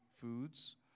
foods